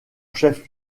chef